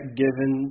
given